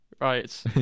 Right